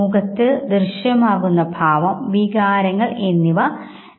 മുഖത്തിന്റെ ഇടതുവശത്ത് വ്യക്തിഗത വികാരം കൂടുതൽ പ്രകടമാകുന്നു